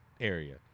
area